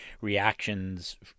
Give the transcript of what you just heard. reactions